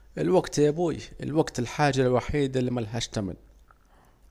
الوقت يا بوي، الوقت الحاجة الوحيدة الي ملهاش تمن